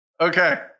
Okay